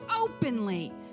openly